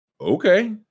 Okay